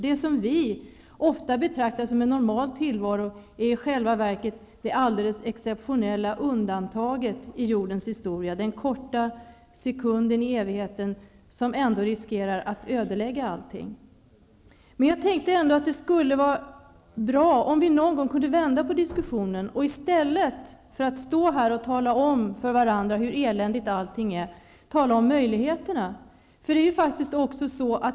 Det som vi ofta betraktar som en normal tillvaro är i själva verket det alldeles exceptionella undantaget i jordens historia, den korta sekunden i evigheten som ändå riskerar att ödelägga allting. Det skulle vara bra om vi någon gång kunde vända på diskussionen och i stället för att stå här och tala om för varandra hur eländigt allting är tala om möjligheterna.